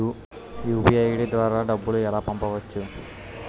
UPI ID ద్వారా డబ్బులు ఎలా పంపవచ్చు?